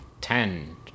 ten